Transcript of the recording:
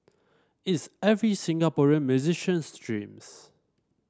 it's every Singaporean musician's dreams